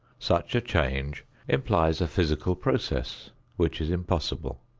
such a change implies a physical process which is impossible.